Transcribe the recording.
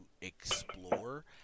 explore